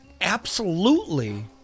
absolutely-